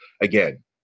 again